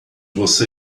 você